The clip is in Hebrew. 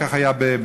כך היה בעיראק,